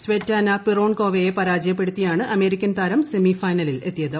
Tsvetana പിറോൺകോവയെ പരാജയപ്പെടുത്തിയാണ് American താരം സെമി ഫൈനലിൽ എത്തിയത്